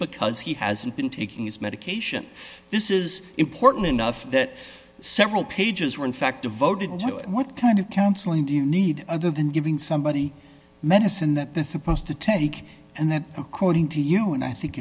because he hasn't been taking his medication this is important enough that several pages were in fact devoted to what kind of counseling do you need other than giving somebody medicine that this supposed to take and that according to you and i think